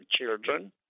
children